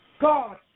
God